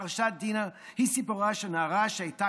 פרשת דינה היא סיפורה של נערה שהייתה